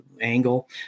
angle